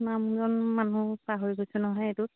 কিমানজন মানুহ পাহৰি গৈছোঁ নহয় এইটোত